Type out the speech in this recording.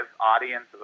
audience